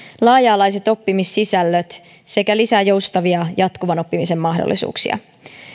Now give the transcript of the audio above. laaja alaiset oppimissisällöt sekä lisää joustavia jatkuvan oppimisen mahdollisuuksia